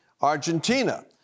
Argentina